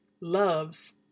loves